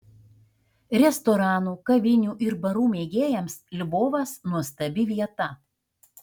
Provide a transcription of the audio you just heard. restoranų kavinių ir barų mėgėjams lvovas nuostabi vieta